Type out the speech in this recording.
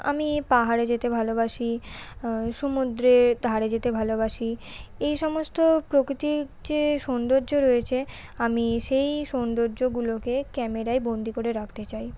আমি পাহাড়ে যেতে ভালোবাসি সমুদ্রের ধারে যেতে ভালোবাসি এই সমস্ত প্রাকৃতিক যে সৌন্দর্য রয়েছে আমি সেই সৌন্দর্যগুলোকে ক্যামেরায় বন্দি করে রাখতে চাই